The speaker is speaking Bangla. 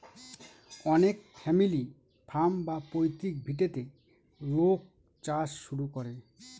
অনেক ফ্যামিলি ফার্ম বা পৈতৃক ভিটেতে লোক চাষ শুরু করে